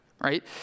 right